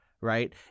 right